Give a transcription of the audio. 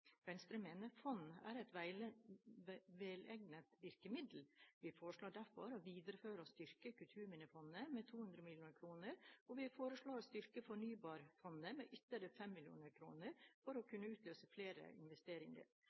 Venstre mener fond er et velegnet virkemiddel. Vi foreslår derfor å videreføre og styrke Kulturminnefondet med 200 mill. kr, og vi foreslår å styrke fornybarfondet med ytterligere 5 mrd. kr for å kunne utløse flere investeringer.